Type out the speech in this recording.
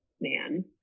man